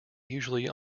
usually